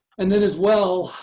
and then as well,